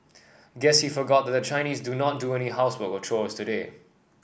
guess he forgot that the Chinese do not do any housework or chores today